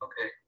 Okay